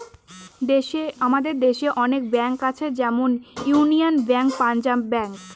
আমাদের দেশে অনেক ব্যাঙ্ক আছে যেমন ইউনিয়ান ব্যাঙ্ক, পাঞ্জাব ব্যাঙ্ক